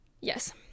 Yes